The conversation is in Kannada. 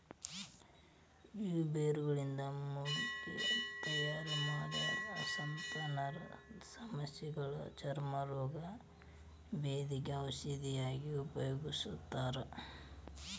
ಈ ಬೇರುಗಳಿಂದ ಮೂಲಿಕೆ ತಯಾರಮಾಡಿ ಆಸ್ತಮಾ ನರದಸಮಸ್ಯಗ ಚರ್ಮ ರೋಗ, ಬೇಧಿಗ ಔಷಧಿಯಾಗಿ ಉಪಯೋಗಿಸ್ತಾರ